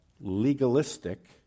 legalistic